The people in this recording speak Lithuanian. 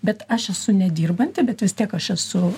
bet aš esu nedirbanti bet vis tiek aš esu